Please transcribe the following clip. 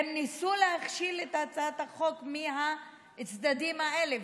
הם ניסו להכשיל את הצעת החוק מהצדדים האלה.